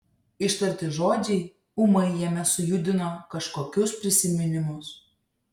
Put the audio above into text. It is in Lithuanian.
ištarti žodžiai ūmai jame sujudino kažkokius prisiminimus